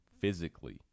physically